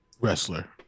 wrestler